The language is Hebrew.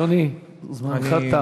אדוני, זמנך תם.